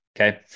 Okay